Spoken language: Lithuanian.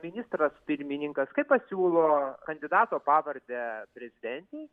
ministras pirmininkas kai pasiūlo kandidato pavardę prezidentei